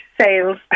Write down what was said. sales